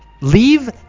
leave